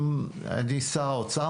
אם אני שר האוצר,